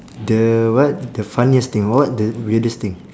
the what the funniest thing what the weirdest thing